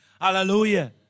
Hallelujah